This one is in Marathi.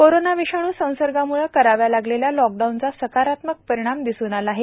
कोरोना विषाणू संसर्गामूळं कराव्या लागलेल्या लॉकडाऊनचा सकारात्मक परिणाम दिसून आला आहे